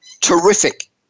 terrific